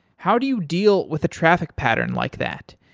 how do you deal with a traffic pattern like that?